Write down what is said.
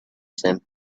same